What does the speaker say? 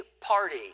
party